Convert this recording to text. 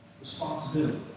responsibility